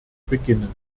beginnen